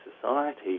society